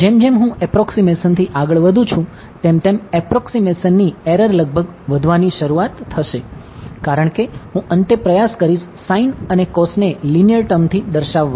જેમ જેમ હું એપ્રોકસીમેશનથી આગળ વધું છું તેમ તેમ એપ્રોકસીમેશનની એરર લગભગ વધવાની શરૂઆત થશે કારણ કે હું અંતે પ્રયાસ કરીશ sin અને cos ને લીનીયર ટર્મથી દર્શાવવાની